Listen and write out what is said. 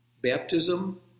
baptism